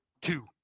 two